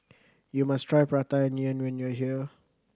you must try Prata Onion when you are here